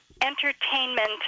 entertainment